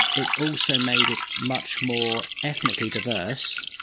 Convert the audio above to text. it also made it much more ethnically diverse.